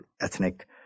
ethnic